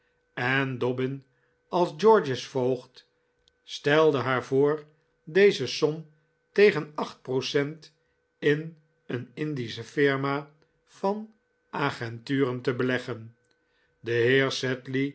en dobbin als george's voogd stelde haar voor deze som tegen procent in een indische firma van agenturen te beleggen de